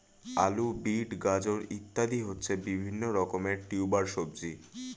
আলু, বিট, গাজর ইত্যাদি হচ্ছে বিভিন্ন রকমের টিউবার সবজি